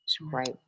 Right